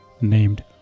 named